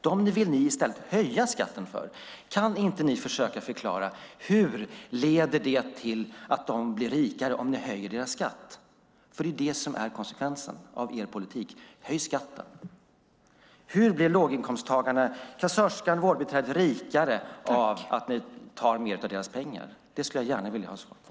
Dem vill ni i stället höja skatten för. Kan inte ni försöka förklara hur höjd skatt leder till att de blir rikare? Höjd skatt är nämligen konsekvensen av er politik. Hur blir låginkomsttagarna, kassörskan och vårdbiträdet, rikare av att ni tar mer av deras pengar? Det skulle jag vilja ha svar på.